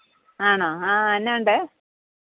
ആണോ ആ എന്നാ ഉണ്ട്